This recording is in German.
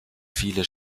viele